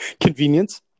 Convenience